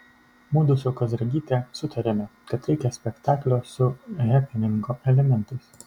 mudu su kazragyte sutarėme kad reikia spektaklio su hepeningo elementais